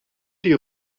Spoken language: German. die